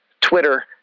Twitter